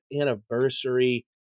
anniversary